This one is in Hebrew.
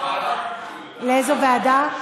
לאיזו ועדה?